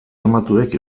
armatuek